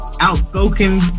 outspoken